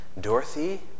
Dorothy